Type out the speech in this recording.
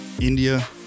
India